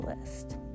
list